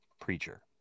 Preacher